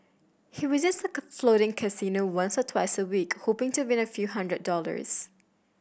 he visits the floating casino once or twice a week hoping to win a few hundred dollars